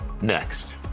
next